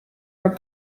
are